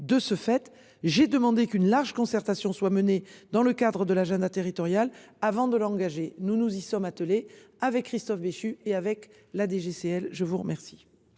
de ce fait, j'ai demandé qu'une large. Concertation soit menée dans le cadre de l'agenda territorial avant de l'engager. Nous nous y sommes attelés avec Christophe Béchu et avec la DGCL je vous remercie.